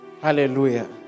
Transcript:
Hallelujah